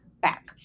back